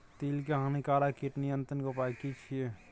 तिल के हानिकारक कीट नियंत्रण के उपाय की छिये?